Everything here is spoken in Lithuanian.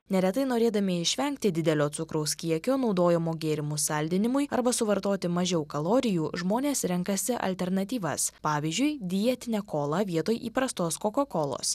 neretai norėdami išvengti didelio cukraus kiekio naudojamo gėrimų saldinimui arba suvartoti mažiau kalorijų žmonės renkasi alternatyvas pavyzdžiui dietinę kolą vietoj įprastos kokakolos